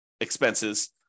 expenses